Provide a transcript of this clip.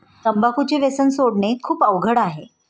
तंबाखूचे व्यसन सोडणे खूप अवघड आहे